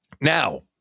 Now